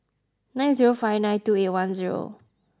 nine zero five nine two eight one zero